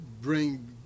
bring